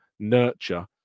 Nurture